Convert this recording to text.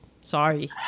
Sorry